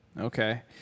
Okay